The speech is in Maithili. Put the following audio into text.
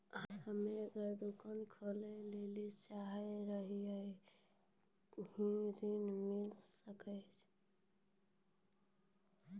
हम्मे एगो दुकान खोले ला चाही रहल छी ऋण मिल सकत?